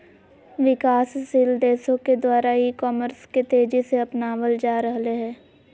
विकासशील देशों के द्वारा ई कॉमर्स के तेज़ी से अपनावल जा रहले हें